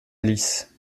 alice